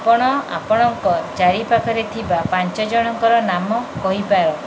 ଆପଣ ଆପଣଙ୍କ ଚାରିପାଖରେ ଥିବା ପାଞ୍ଚ ଜଣଙ୍କର ନାମ କହିପାର